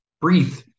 Breathe